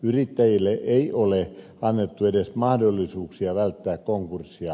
yrittäjille ei ole annettu edes mahdollisuuksia välttää konkurssia